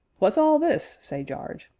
what's all this say jarge.